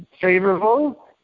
favorable